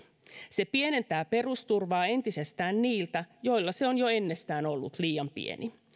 se pienentää perusturvaa entisestään niiltä joilla se on jo ennestään ollut liian pieni